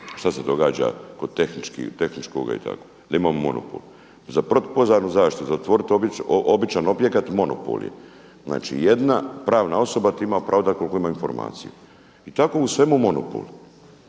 što se događa kod tehničkog i tako, da imamo monopol. Za protupožarnu zaštitu, zatvoriti običan objekat monopol je. Znači jedna pravna osoba ima pravo dati ukoliko ima informaciju i tako u svemu monopol.